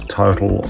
total